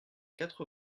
quatre